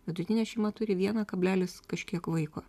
vidutinė šeima turi vieną kablelis kažkiek vaiko